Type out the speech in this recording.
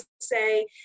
say